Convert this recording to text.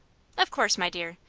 of course, my dear.